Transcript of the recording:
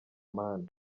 man